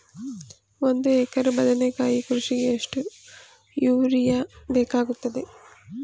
ಒಂದು ಎಕರೆ ಬದನೆಕಾಯಿ ಕೃಷಿಗೆ ಎಷ್ಟು ಯೂರಿಯಾ ಬೇಕಾಗುತ್ತದೆ?